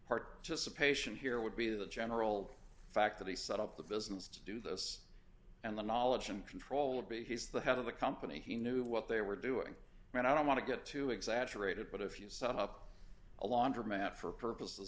a patient here would be the general fact that he set up the business to do this and the knowledge and control of the he's the head of the company he knew what they were doing and i don't want to get too exaggerated but if you set up a laundromat for purposes